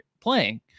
playing